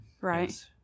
Right